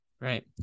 right